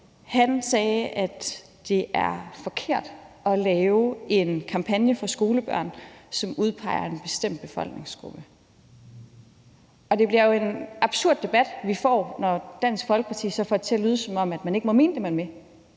sagde, at det er forkert at lave en kampagne for skolebørn, som udpeger en bestemt befolkningsgruppe. Det bliver jo en absurd debat, vi får, når Dansk Folkeparti så får det til at lyde, som om man ikke må mene, hvad man vil.